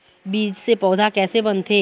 बीज से पौधा कैसे बनथे?